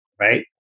Right